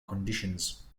conditions